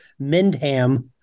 Mendham